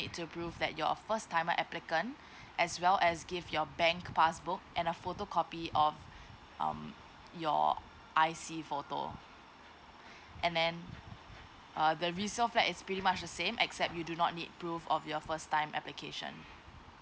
need to prove that your first timer applicant as well as give your bank passbook and a photocopy of um your I_C photo and then err the resale flat is pretty much the same except you do not need prove of your first time application